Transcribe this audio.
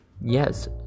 Yes